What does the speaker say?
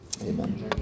Amen